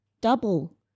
double